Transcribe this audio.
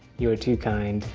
you are too kind.